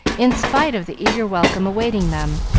in spite of the eager welcome awaiting them.